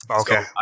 Okay